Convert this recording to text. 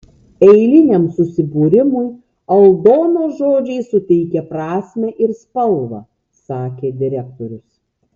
eiliniam susibūrimui aldonos žodžiai suteikia prasmę ir spalvą sakė direktorius